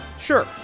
Sure